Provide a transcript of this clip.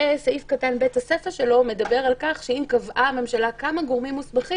הסיפה של סעיף קטן (ב) מדבר על כך שאם קבעה הממשלה כמה גורמים מוסמכים,